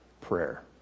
prayer